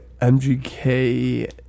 MGK